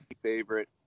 favorite